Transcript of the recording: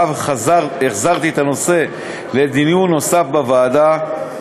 ואף החזרתי את הנושא לדיון נוסף בוועדה,